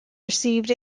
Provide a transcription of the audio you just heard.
received